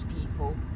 people